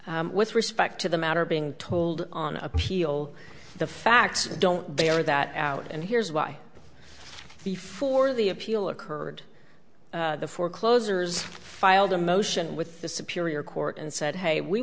pay with respect to the matter being told on appeal the facts don't bear that out and here's why before the appeal occurred foreclosures filed a motion with the superior court and said hey we